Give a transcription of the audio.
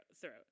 throat